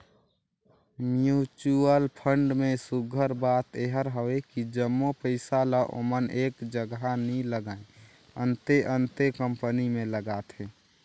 mutual fund में सुग्घर बात एहर हवे कि जम्मो पइसा ल ओमन एक जगहा नी लगाएं, अन्ते अन्ते कंपनी में लगाथें